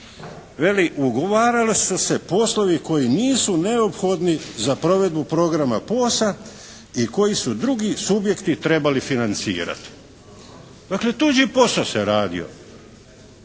ugovarali su se poslovi koji nisu neophodni za provedbu programa POS-a i koji su drugi subjekti trebali financirati. Dakle, tuđi posao se radio.